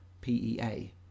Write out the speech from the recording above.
P-E-A